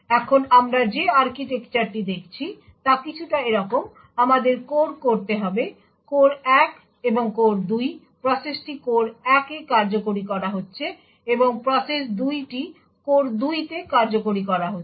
এখন আমরা যে আর্কিটেকচারটি দেখছি তা কিছুটা এরকম আমাদের কোর করতে হবে কোর 1 এবং কোর 2 প্রসেসটি কোর 1 তে কার্যকরি করা হচ্ছে এবং প্রসেস দুইটি কোর 2 তে কার্যকরি করা হচ্ছে